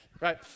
right